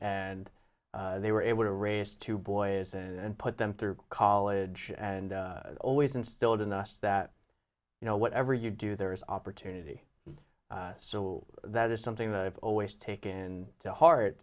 and they were able to raise two boys and put them through college and always instilled in us that you know whatever you do there is opportunity so that is something that i've always taken to heart